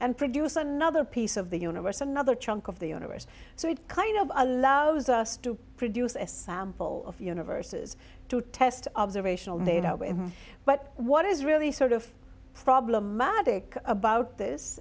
and produce another piece of the universe another chunk of the universe so it kind of allows us to produce a sample of universes to test observational data but what is really sort of problematic about this